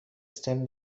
stem